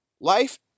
life